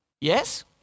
Yes